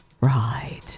Right